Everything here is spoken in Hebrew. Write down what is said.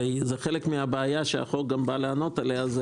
כי הרי זה חלק מהבעיה שהחוק גם בא לענות עליה,